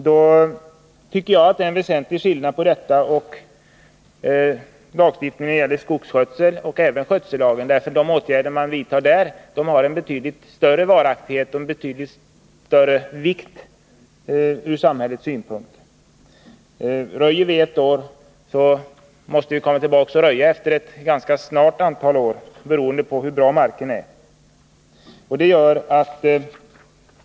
Jag tycker det är skillnad mellan sådana överenskommelser och lagstiftning när det gäller skogsskötsel. De åtgärder man vidtar på den punkten har nämligen betydligt bättre varaktighet och betydligt större vikt ur samhällssynpunkt. Röjer vi ett år måste vi återkomma och röja igen efter ett ganska litet antal år — beroende på hur bra markerna är.